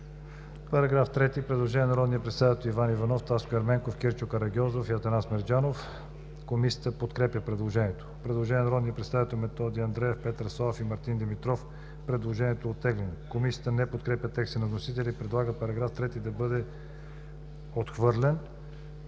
По § 3 има предложение на народните представители Иван Иванов, Таско Ерменков, Кирчо Карагьозов и Атанас Мерджанов. Комисията подкрепя предложението. Има предложение на народните представители Методи Андреев, Петър Славов и Мартин Димитров. Предложението е оттеглено. Комисията не подкрепя текста на вносителя и предлага § 3 да бъде отхвърлен.